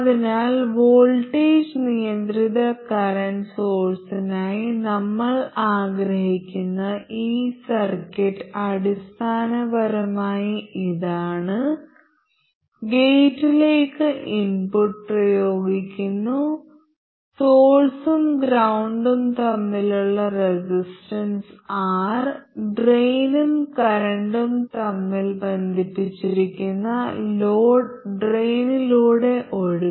അതിനാൽ വോൾട്ടേജ് നിയന്ത്രിത കറന്റ് സോഴ്സിനായി നമ്മൾ ആഗ്രഹിക്കുന്ന ഈ സർക്യൂട്ട് അടിസ്ഥാനപരമായി ഇതാണ് ഗേറ്റിലേക്ക് ഇൻപുട്ട് പ്രയോഗിക്കുന്നു സോഴ്സും ഗ്രൌണ്ടും തമ്മിലുള്ള റെസിസ്റ്റൻസ് R ഡ്രെയിനും കറന്റും തമ്മിൽ ബന്ധിപ്പിച്ചിരിക്കുന്ന ലോഡ് ഡ്രെയിനിലൂടെ ഒഴുകുന്നു